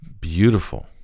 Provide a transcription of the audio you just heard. beautiful